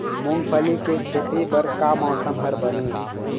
मूंगफली के खेती बर का मौसम हर बने ये?